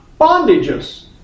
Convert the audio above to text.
bondages